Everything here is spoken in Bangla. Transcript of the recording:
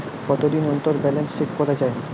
কতদিন অন্তর ব্যালান্স চেক করা য়ায়?